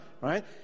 Right